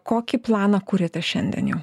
kokį planą kuriate šiandien jau